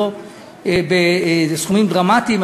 לא בסכומים דרמטיים,